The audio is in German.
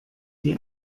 die